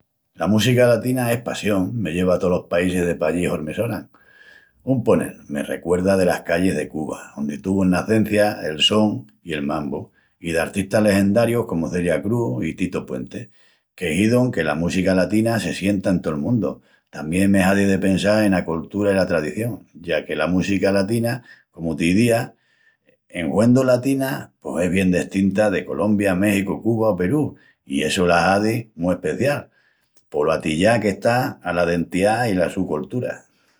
La música latina es passión. Me lleva a tolos paísis de pallí hormi sonan. Un ponel, me recuerda delas callis de Cuba, ondi tuvun nacencia el son i el mambu, i d'artistas legendarius comu Celia Cruz i Tito Puente, que hizun que la música latina se sienta en tol mundu. Tamién me hazi de pensal ena coltura i la tradición, ya que la música latina, comu t'izía, en huendu latina pos es bien destinta de Colombia, Méxicu, Cuba o Perú, i essu la hazi mu especial polo atillá qu'está ala dentidá i la su coltura.